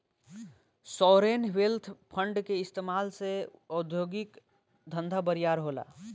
sovereign wealth fund के इस्तमाल से उद्योगिक धंधा बरियार होला